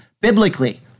biblically